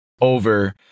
over